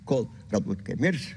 kol galbūt mirsiu